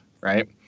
right